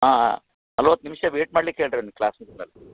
ಹಾಂ ಹಾಂ ನಲ್ವತ್ತು ನಿಮಿಷ ವೇಯ್ಟ್ ಮಾಡ್ಲಿಕ್ಕೆ ಹೇಳಿರಿ ಅವ್ನಿಗೆ ಕ್ಲಾಸ್ ಮುಗಿದ್ಮೇಲೆ